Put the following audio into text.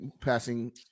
passing